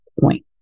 point